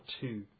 two